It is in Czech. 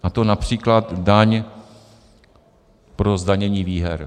A to například daň pro zdanění výher.